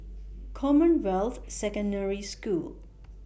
Commonwealth Secondary School